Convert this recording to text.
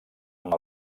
amb